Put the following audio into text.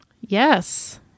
Yes